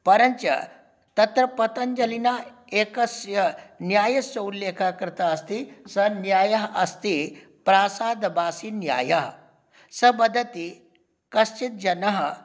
परञ्च तत्र पतञ्जलिना एकस्य न्यायस्य उल्लेखः कृतः अस्ति सः न्यायः अस्ति प्रासादवासिन्यायः सः वदति कश्चिद् जनः